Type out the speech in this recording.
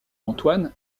antoine